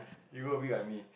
you will be army